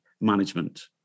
management